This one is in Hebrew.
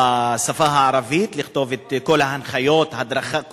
לכתוב את כל ההנחיות בשפה הערבית,